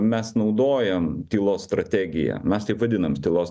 mes naudojam tylos strategiją mes taip vadinam tylos